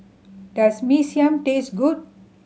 does Mee Siam taste good